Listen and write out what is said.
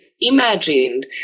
imagined